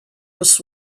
was